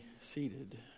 seated